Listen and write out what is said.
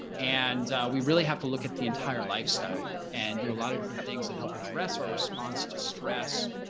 and we really have to look at the entire lifestyle and do a lot of different things that help address our response to stress,